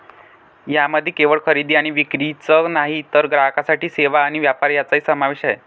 यामध्ये केवळ खरेदी आणि विक्रीच नाही तर ग्राहकांसाठी सेवा आणि व्यापार यांचाही समावेश आहे